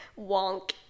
wonk